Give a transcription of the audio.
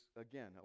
again